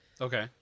okay